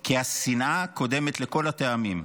כי השנאה קודמת לכל הטעמים,